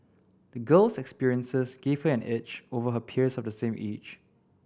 the girl's experiences gave her an edge over her peers of the same age